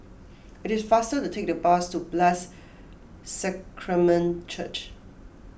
it is faster to take the bus to Blessed Sacrament Church